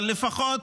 אבל לפחות